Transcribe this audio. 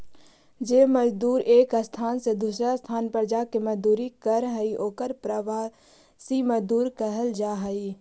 जे मजदूर एक स्थान से दूसर स्थान पर जाके मजदूरी करऽ हई ओकर प्रवासी मजदूर कहल जा हई